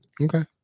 Okay